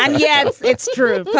and yes, it's true.